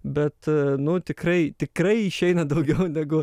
bet nu tikrai tikrai išeina daugiau negu